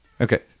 Okay